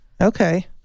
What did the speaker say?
okay